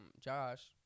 Josh